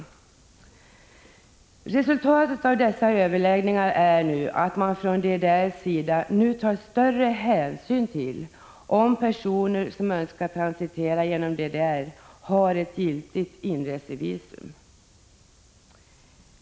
Flyktingar via DDR Resultatet av dessa överläggningar är att man från DDR:s sida nu tar större hänsyn till om personer som önskar transitering genom DDR har giltigt inresevisum.